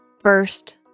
first